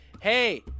hey